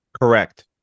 Correct